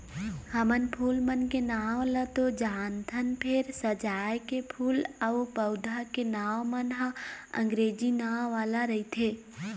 हमन फूल मन के नांव ल तो जानथन फेर सजाए के फूल अउ पउधा के नांव मन ह अंगरेजी नांव वाला रहिथे